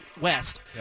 West